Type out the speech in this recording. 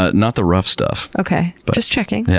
ah not the rough stuff. okay. but just checking. yeah